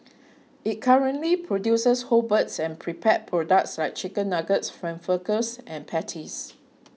it currently produces whole birds and prepared products like Chicken Nuggets Frankfurters and patties